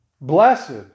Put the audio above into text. Blessed